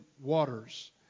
waters